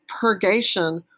purgation